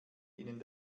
ihnen